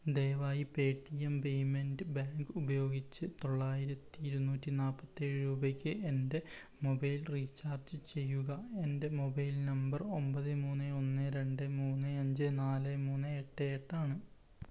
ദയവായി Paytm payment bank ഉപയോഗിച്ച് തൊള്ളായിരത്തി ഇരുന്നൂറ്റി നാൽപ്പത്തേഴ് രൂപയ്ക്ക് എൻ്റെ മൊബൈൽ റീചാർജ് ചെയ്യുക എൻ്റെ മൊബൈൽ നമ്പർ ഒമ്പത് മൂന്ന് ഒന്ന് രണ്ട് മൂന്ന് അഞ്ച് നാല് മൂന്ന് എട്ട് എട്ട് ആണ്